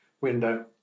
window